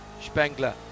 Spengler